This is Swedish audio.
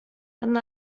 han